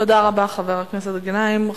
תודה רבה, חבר הכנסת גנאים.